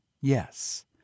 yes